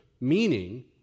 meaning